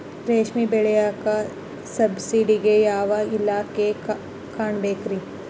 ರೇಷ್ಮಿ ಬೆಳಿಯಾಕ ಸಬ್ಸಿಡಿಗೆ ಯಾವ ಇಲಾಖೆನ ಕಾಣಬೇಕ್ರೇ?